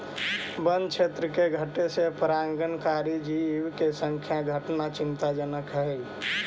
वन्य क्षेत्र के घटे से परागणकारी जीव के संख्या घटना चिंताजनक हइ